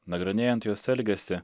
nagrinėjant jos elgesį